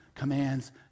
commands